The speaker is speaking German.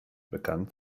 bekannt